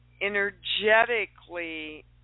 energetically